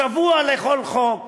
שבוע לכל חוק,